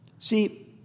See